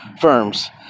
firms